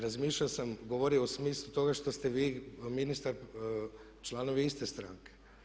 Razmišljao sam i govorio u smislu toga što ste vi i ministar članovi iste stranke.